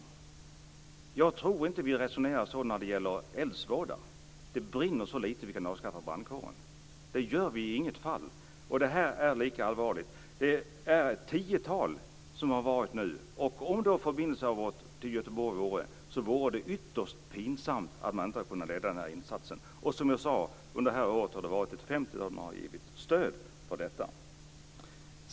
När det gäller eldsvåda tror jag inte att vi resonerar på samma sätt, dvs. att det brinner så lite att vi kan avskaffa brandkåren. Så gör vi inte i något fall. Det jag tagit upp här är lika allvarligt. Ett tiotal fall har nu varit. Om det när det gäller förbindelsen med Göteborg brister vore det ytterst pinsamt om en insats inte kan ledas. Som jag tidigare sade har det varit ett femtiotal fall där man har givit stöd för detta.